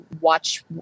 watch